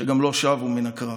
שגם לא שבו מן הקרב.